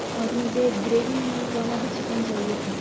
اور مجھے ایک گریوی والا بھی چکن چاہیے تھا